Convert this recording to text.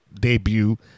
debut